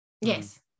Yes